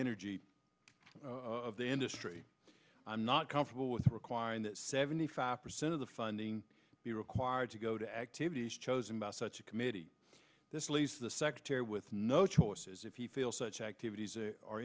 energy of the industry i'm not comfortable with requiring that seventy five percent of the funding be required to go to activities chosen by such a committee this leaves the secretary with no choices if you feel such activities are